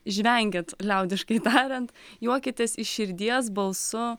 žvengėt liaudiškai tariant juokitės iš širdies balsu